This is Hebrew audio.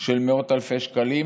של מאות אלפי שקלים,